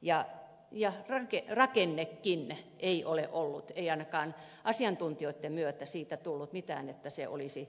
ja jos rankin rakennettiin näin ei ole hyvä ei ainakaan asiantuntijoitten myötä tullut mitään sellaista että siihen